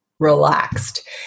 Relaxed